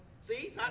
See